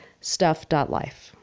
Stuff.Life